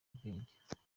ubwenge